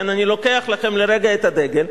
אני לוקח לכם לרגע את הדגל,